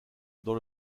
dans